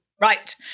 Right